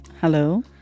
Hello